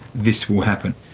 this will happen.